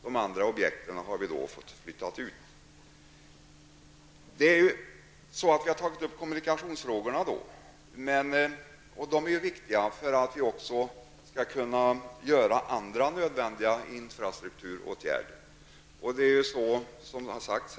De andra objekten har fått skjutas upp. Kommunikationsfrågorna är viktiga också för att andra infrastrukturåtgärder skall kunna genomföras.